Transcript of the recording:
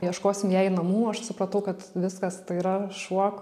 ieškosim jai namų aš supratau kad viskas tai yra šuo